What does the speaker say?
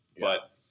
but-